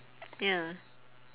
ya